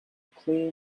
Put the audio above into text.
clear